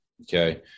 okay